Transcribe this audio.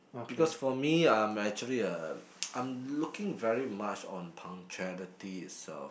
because for me I'm actually I'm looking very much on punctuality itself